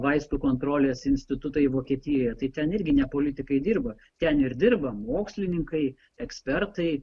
vaistų kontrolės institutai vokietijoje tai ten irgi ne politikai dirba ten ir dirba mokslininkai ekspertai